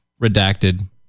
redacted